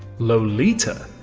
lolita,